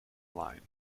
line